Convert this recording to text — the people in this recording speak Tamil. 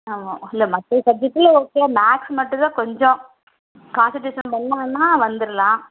ஆமாம் இல்லை மற்ற சப்ஜெக்ட்டில் ஓகே மேக்ஸ் மட்டுந்தான் கொஞ்சம் கான்சன்ட்ரேஷன் பண்ணிணான்னா வந்துடலாம்